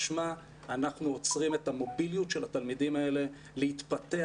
משמע אנחנו עוצרים את המוביליות של התלמידים האלה להתפתח